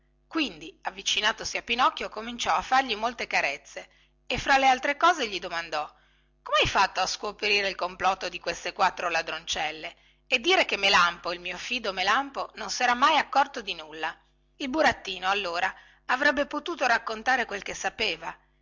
quindi avvicinatosi a pinocchio cominciò a fargli molte carezze e fra le altre cose gli domandò comhai fatto a scuoprire il complotto di queste quattro ladroncelle e dire che melampo il mio fido melampo non sera mai accorto di nulla il burattino allora avrebbe potuto raccontare quel che sapeva